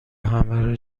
همه